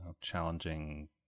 challenging